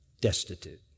destitute